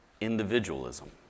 individualism